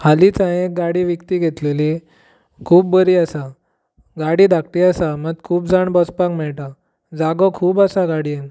हालींच हांवें गाडी विकती घेतलेली खूब बरी आसा गाडी धाकटी आसा मात खूब जाण बसपाक मेळटा जागो खूब आसा गोडयेन